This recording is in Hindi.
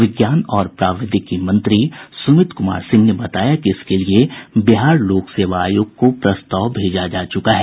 विज्ञान और प्रावैधिकी मंत्री सुमित कुमार सिंह ने बताया कि इसके लिए बिहार लोक सेवा आयोग को प्रस्ताव भेजा जा चुका है